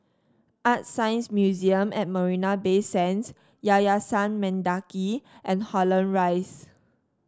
ArtScience Museum at Marina Bay Sands Yayasan Mendaki and Holland Rise